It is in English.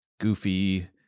Goofy